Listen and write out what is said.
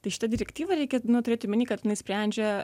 tai šita direktyva reikia turėti omeny kad jinai sprendžia